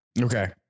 Okay